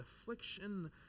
affliction